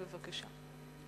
בבקשה.